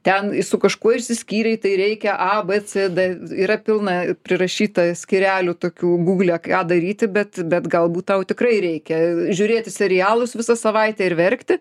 ten su kažkuo išsiskyrei tai reikia a b c d yra pilna prirašyta skyrelių tokių gūglė ką daryti bet bet galbūt tau tikrai reikia žiūrėti serialus visą savaitę ir verkti